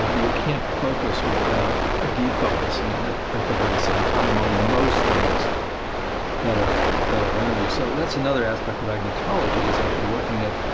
ah you can't focus without defocusing at at the very same time on most things that are that are around you. so another aspect of agnotology is actually looking at